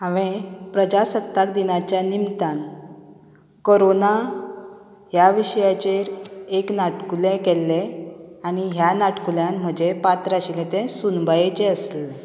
हांवें प्रजासत्ताक दिनाच्या निमतान कॉरोना ह्या विशयांचेर एक नाटकुलें केल्लें आनी ह्या नाटकुल्यांत म्हजें पात्र आशिल्लें तें सुनबायेचें आसलें